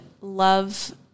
love